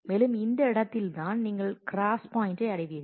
மேலும் அந்த இடத்தில்தான் நீங்கள் கிராஸ் பாயிண்ட்டை அடைவீர்கள்